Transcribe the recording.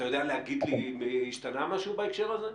אתה יודע להגיד לי אם השתנה משהו בהקשר הזה?